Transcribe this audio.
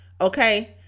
Okay